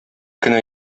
кенә